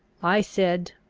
i said,